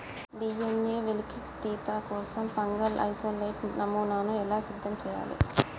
DNA వెలికితీత కోసం fungal isolate నమూనాను ఎలా సిద్ధం చెయ్యాలి?